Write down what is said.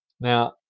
Now